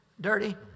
dirty